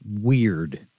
weird